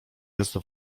jest